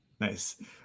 Nice